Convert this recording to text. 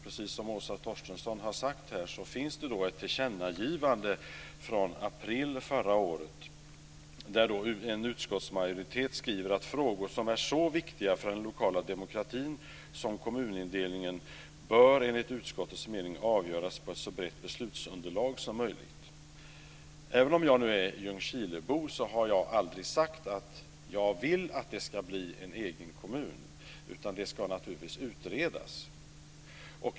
Precis som Åsa Torstensson har sagt här så finns det ett tillkännagivande från april förra året där en utskottsmajoritet skriver att frågor som är så viktiga för den lokala demokratin som kommunindelningen enligt utskottets mening bör avgöras med ett så brett beslutsunderlag som möjligt. Även om jag är Ljungskilebo så har jag aldrig sagt att jag vill att det ska bli en egen kommun, utan det ska naturligtvis utredas.